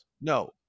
No